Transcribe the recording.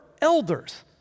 elders